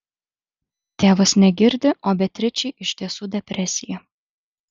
tėvas negirdi o beatričei iš tiesų depresija